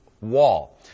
wall